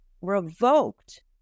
revoked